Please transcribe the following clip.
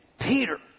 Peter